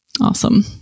awesome